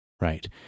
right